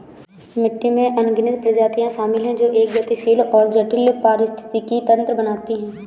मिट्टी में अनगिनत प्रजातियां शामिल हैं जो एक गतिशील और जटिल पारिस्थितिकी तंत्र बनाती हैं